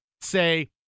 say